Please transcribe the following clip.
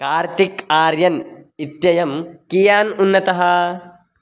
कार्तिकः आर्यनः इत्ययं कियान् उन्नतः